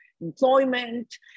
employment